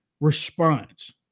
response